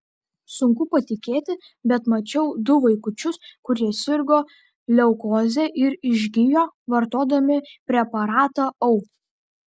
sunku patikėti bet mačiau du vaikučius kurie sirgo leukoze ir išgijo vartodami preparatą au